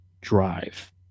drive